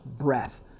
breath